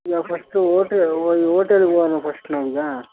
ಈಗ ಫಸ್ಟು ಓಟೆ ಓಟೆಲ್ಗ್ ಹೋಗೋಣ ಫಸ್ಟ್ ನಾವು ಈಗ